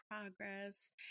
progress